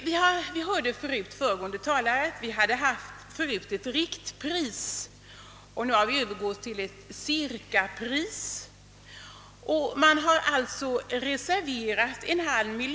Vi hörde av föregående talare, att vi övergått från riktpris till cirkapris.